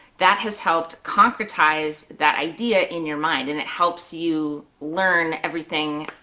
that has helped concretize that idea in your mind and it helps you learn everything,